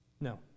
No